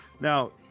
Now